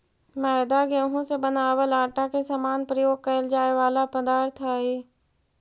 मैदा गेहूं से बनावल आटा के समान प्रयोग कैल जाए वाला पदार्थ हइ